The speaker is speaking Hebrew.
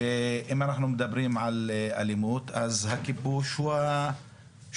אם אנחנו מדברים על אלימות אז הכיבוש הוא שורש